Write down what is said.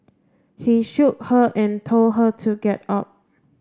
he shook her and told her to get up